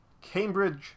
Cambridge